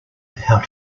how